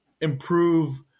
improve